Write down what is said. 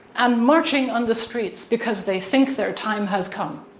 and marching on the streets because they think their time has come.